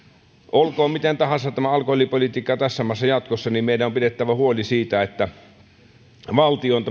olkoon miten tahansa tämä alkoholipolitiikka tässä maassa jatkossa meidän on pidettävä huoli siitä että valtion